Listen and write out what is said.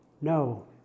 no